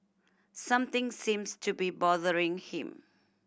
something seems to be bothering him